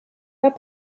pas